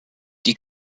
die